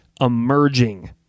emerging